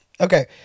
Okay